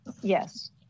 Yes